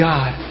God